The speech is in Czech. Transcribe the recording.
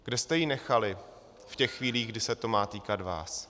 Kde jste ji nechali v těch chvílích, kdy se to má týkat vás?